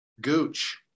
gooch